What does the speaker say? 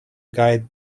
guide